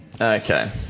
okay